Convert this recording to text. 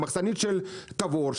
המחסנית של תבור,